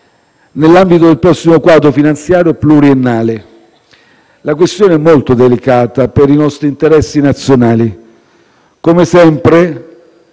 nell'ambito del prossimo quadro finanziario pluriennale. La questione è molto delicata per i nostri interessi nazionali: come sempre,